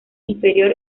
inferior